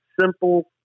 simple